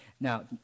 Now